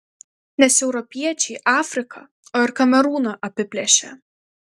nes europiečiai afriką o ir kamerūną apiplėšė